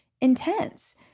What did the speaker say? intense